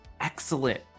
excellent